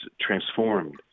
transformed